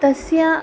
तस्य